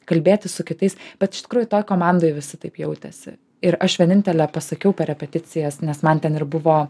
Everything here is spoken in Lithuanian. kalbėtis su kitais bet iš tikrųjų toj komandoj visi taip jautėsi ir aš vienintelė pasakiau per repeticijas nes man ten ir buvo